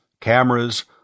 cameras